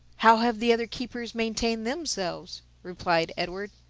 how have the other keepers maintained themselves? replied edward.